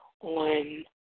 on